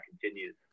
continues